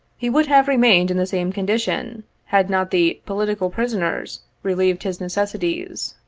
he would have remained in the same condition had not the political prisoners relieved his necessities.